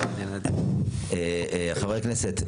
חברי הכנסת,